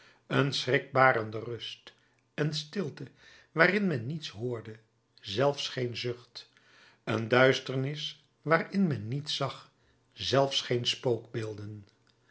een schrikbarende rust een stilte waarin men niets hoorde zelfs geen zucht een duisternis waarin men niets zag zelfs geen